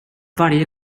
varje